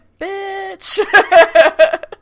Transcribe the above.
bitch